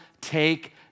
take